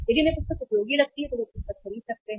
यदि उन्हें पुस्तक उपयोगी लगती है तो वे पुस्तक खरीद सकते हैं